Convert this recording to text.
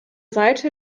seite